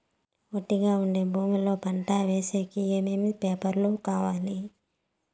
ఒట్టుగా ఉండే భూమి లో పంట వేసేకి ఏమేమి పేపర్లు కావాలి?